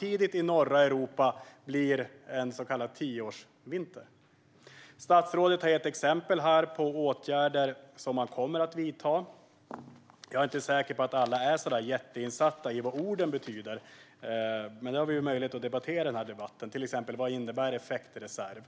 det i norra Europa blir en så kallad tioårsvinter? Statsrådet har här gett exempel på åtgärder som man kommer att vidta. Jag är inte säker på att alla är riktigt insatta i vad orden betyder, men det har vi nu möjlighet att debattera. Vad innebär till exempel effektreserv?